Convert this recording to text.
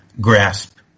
grasp